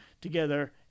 together